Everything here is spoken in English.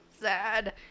sad